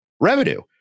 revenue